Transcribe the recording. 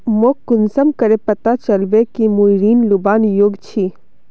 मोक कुंसम करे पता चलबे कि मुई ऋण लुबार योग्य छी?